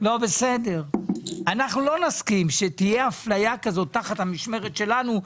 אנחנו לא נסכים שתהיה אפליה כזאת תחת המשמרת שלנו.